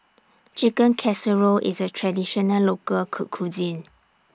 Chicken Casserole IS A Traditional Local Cuisine